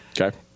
Okay